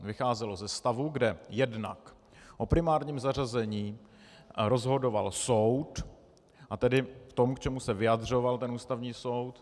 Vycházelo ze stavu, kde jednak o primárním zařazení rozhodoval soud, a tedy tom, k čemu se vyjadřoval ten Ústavní soud.